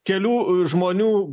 kelių žmonių